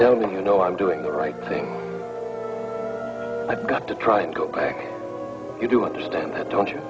tell me you know i'm doing the right thing i've got to try and go back you do understand that don't you